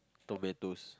tomatoes